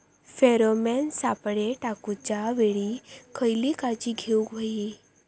Pheromone सापळे टाकूच्या वेळी खयली काळजी घेवूक व्हयी?